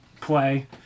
play